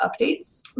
updates